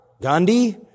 Gandhi